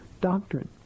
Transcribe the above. doctrine